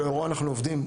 שלאורו אנחנו עובדים,